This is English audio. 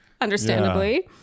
understandably